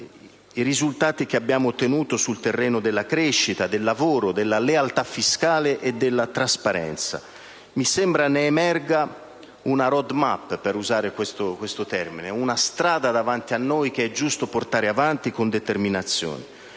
i risultati che abbiamo ottenuto sul terreno della crescita, del lavoro, della lealtà fiscale e della trasparenza. Mi sembra ne emerga una *road map* - per usare questo termine - una strada davanti a noi che è giusto portare avanti con determinazione.